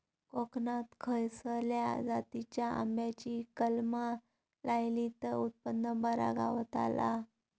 कोकणात खसल्या जातीच्या आंब्याची कलमा लायली तर उत्पन बरा गावताला?